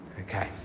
Okay